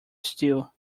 stew